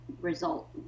result